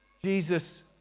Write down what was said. Jesus